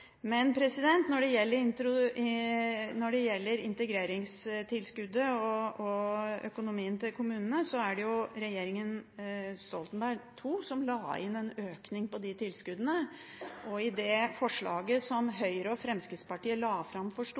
Når det gjelder integreringstilskuddet og økonomien til kommunene, var det jo regjeringen Stoltenberg II som la inn en økning på de tilskuddene. I det forslaget som Høyre og Fremskrittspartiet la fram for